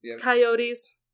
coyotes